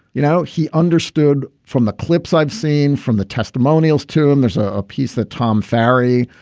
you know, he understood from the clips i've seen, from the testimonials to him, there's ah a piece that tom farrey,